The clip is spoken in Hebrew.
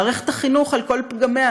מערכת החינוך על כל פגמיה,